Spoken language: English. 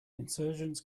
insurgents